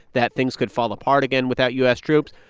that things could fall apart again without u s. troops.